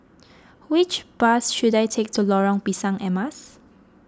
which bus should I take to Lorong Pisang Emas